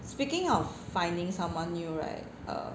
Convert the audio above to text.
speaking of finding someone you right err